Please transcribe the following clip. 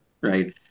right